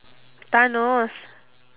thanos